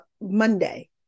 monday